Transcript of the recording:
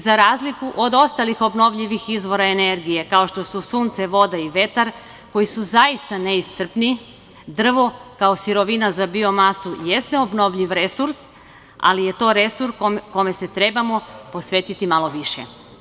Za razliku od ostalih obnovljivih izvora energije, kao što su sunce, voda i vetar, koji su zaista neiscrpni, drvo kao sirovina za biomasu jeste obnovljiv resurs, ali je to resurs kome se trebamo posvetiti malo više.